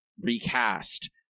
recast